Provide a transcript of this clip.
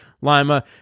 Lima